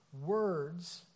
Words